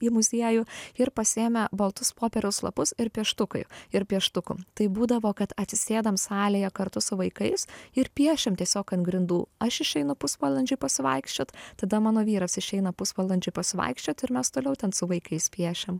į muziejų ir pasiėmę baltus popieriaus lapus ir pieštukai ir pieštukų tai būdavo kad atsisėdam salėje kartu su vaikais ir piešiam tiesiog ant grindų aš išeinu pusvalandžiui pasivaikščiot tada mano vyras išeina pusvalandžiui pasivaikščioti ir mes toliau ten su vaikais piešiam